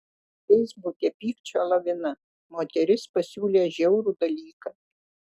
feisbuke pykčio lavina moteris pasiūlė žiaurų dalyką